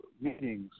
meetings